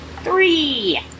three